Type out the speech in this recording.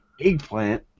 eggplant